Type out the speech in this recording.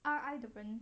R_I 的人